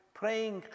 praying